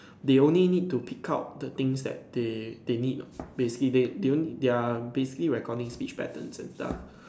they only need to pick out the things that they they need lah basically they they only they're basically recording speech patterns and stuff